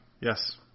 Yes